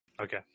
Okay